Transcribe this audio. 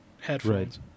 headphones